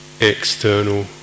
external